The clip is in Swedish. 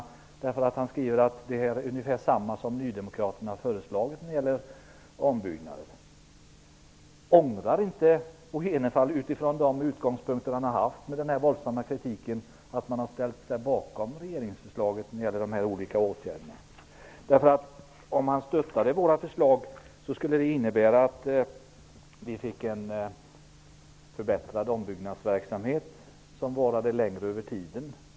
Han skriver att nydemokraterna har föreslagit ungefär samma saker när det gäller ombyggnader. Ångrar inte Bo G Jenevall, utifrån de utgångspunkter han har haft för den våldsamma kritiken, att han har ställt sig bakom regeringsförslagets olika åtgärder? Om han stöttar våra förslag innebär det att vi får en förbättrad ombyggnadsverksamhet som varar längre över tiden.